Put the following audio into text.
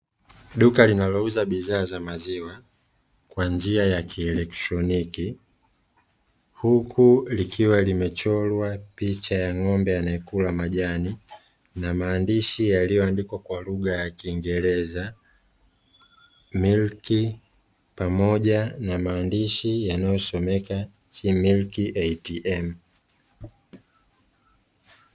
Duka linalouza bidhaa za maziwa kwa njia ya kielektroniki, huku likiwa limechorwa picha ya ng'ombe anayekula majani na maandishi yaliyoandikwa kwa lugha ya kiingereza "MILK" pamoja na maandishi yanayosomeka "milk ATM" .